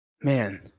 man